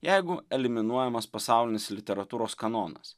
jeigu eliminuojamas pasaulinės literatūros kanonas